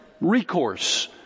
recourse